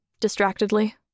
distractedly